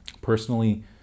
Personally